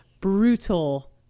brutal